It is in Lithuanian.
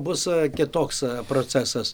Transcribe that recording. bus kitoks procesas